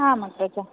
आम् अग्रज